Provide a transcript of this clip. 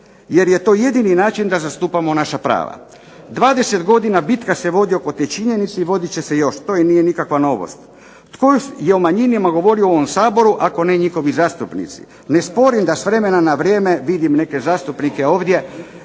jer je to jedini način da zastupamo naša prava. 20 godina bitka se vodi oko te činjenice i vodit će se još. To nije nikakva novost. Tko je o manjinama govorio u ovom Saboru ako ne njihovi zastupnici. Ne sporim da s vremena na vrijeme vidim neke zastupnike ovdje